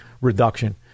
reduction